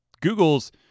Google's